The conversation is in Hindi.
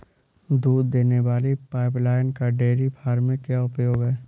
दूध देने वाली पाइपलाइन का डेयरी फार्म में क्या उपयोग है?